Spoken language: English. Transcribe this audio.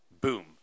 boom